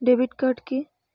Debit card কি?